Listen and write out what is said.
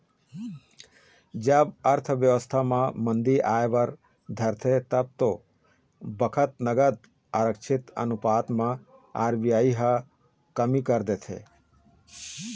जब अर्थबेवस्था म मंदी आय बर धरथे तब ओ बखत नगद आरक्छित अनुपात म आर.बी.आई ह कमी कर देथे